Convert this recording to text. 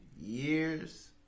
years